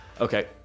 Okay